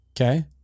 Okay